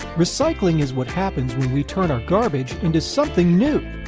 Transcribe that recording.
recycling is what happens when we turn our garbage into something new!